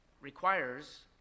requires